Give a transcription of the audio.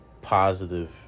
positive